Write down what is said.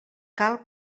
cal